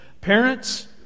Parents